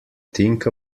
think